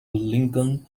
lincoln